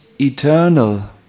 eternal